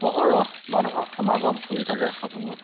অহৰহ মানুহৰ সমাগম হৈ থাকে হাবুঙত